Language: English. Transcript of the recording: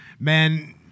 man